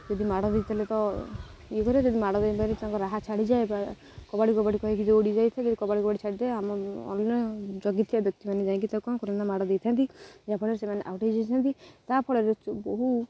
ଯଦି ମାଡ଼ ଦେଇଥିଲେ ତ ଇଏ କରେ ଯଦି ମାଡ଼ ଦେଇପାରେ ତାଙ୍କ ରାହା ଛାଡ଼ିଯାଏ କବାଡ଼ି କବାଡ଼ି କହିକି ଦୌଡ଼ି ଯାଇଥାଏ ଯଦି କବାଡ଼ି କବାଡ଼ି ଛାଡ଼ିଯାଏ ଆମ ଅନ୍ୟ ଜଗିଥିବା ବ୍ୟକ୍ତିମାନେ ଯାଇକି ତା କ'ଣ ମାଡ଼ ଦେଇଥାନ୍ତି ଯାହାଫଳରେ ସେମାନେ ଆଉଟ୍ ହେଇ ଯାଇଥାନ୍ତି ତାହା ଫଳରେ ବହୁ